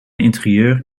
interieur